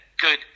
good